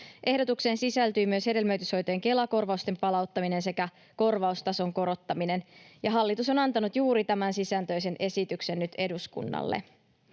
Ehdotukseen sisältyy myös hedelmöityshoitojen Kela-korvausten palauttaminen sekä korvaustason korottaminen, ja hallitus on antanut juuri tämän sisältöisen esityksen nyt eduskunnalle.